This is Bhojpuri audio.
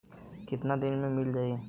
कितना दिन में मील जाई?